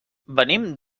venim